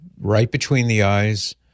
right-between-the-eyes